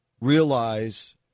realize